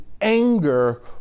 anger